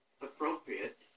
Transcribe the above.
appropriate